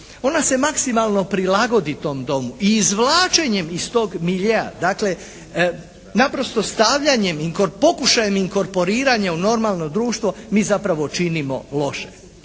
ona se maksimalno prilagodi tom domu i izvlačenjem iz tog miljea, dakle naprosto stavljanjem, pokušajem inkorporiranja u normalno društvo mi zapravo činimo loše